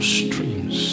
streams